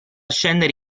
scendere